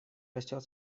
растёт